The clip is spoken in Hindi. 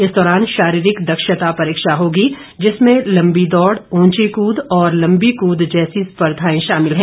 इस दौरान शारीरिक दक्षता परीक्षा होगी जिसमें लम्बी दौड़ उंची कूद और लम्बी कूद जैस स्पर्धाएं शामिल हैं